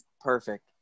Perfect